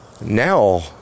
Now